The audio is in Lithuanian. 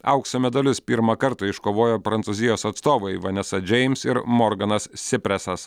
aukso medalius pirmą kartą iškovojo prancūzijos atstovai vanesa džeims ir morganas sipresas